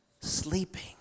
sleeping